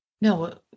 no